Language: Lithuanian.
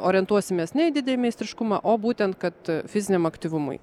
orientuosimės ne į didįjį meistriškumą o būtent kad fiziniam aktyvumui